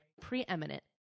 preeminent